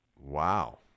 Wow